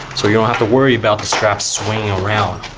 so you don't have to worry about the straps swinging around